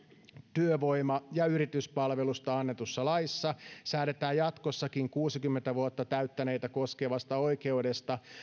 työvoima ja yrityspalvelusta annetussa laissa säädetään jatkossakin kuusikymmentä vuotta täyttäneitä koskevasta oikeudesta